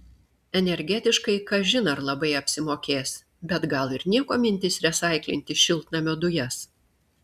energetiškai kažin ar labai apsimokės bet gal ir nieko mintis resaiklinti šiltnamio dujas